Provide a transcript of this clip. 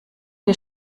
wir